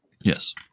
Yes